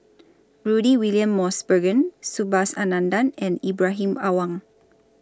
Rudy William Mosbergen Subhas Anandan and Ibrahim Awang